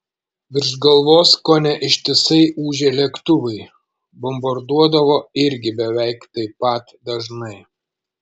virš galvos kone ištisai ūžė lėktuvai bombarduodavo irgi beveik taip pat dažnai